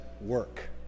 work